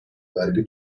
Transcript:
vergi